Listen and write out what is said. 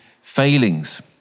failings